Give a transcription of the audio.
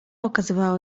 okazywała